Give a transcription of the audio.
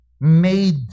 made